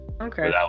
okay